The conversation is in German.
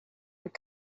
und